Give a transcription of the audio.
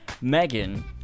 Megan